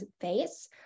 face